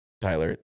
Tyler